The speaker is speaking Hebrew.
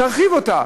אז תרחיב אותה.